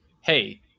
Hey